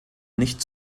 nicht